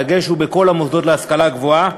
הדגש הוא: בכל המוסדות להשכלה גבוהה.